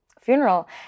funeral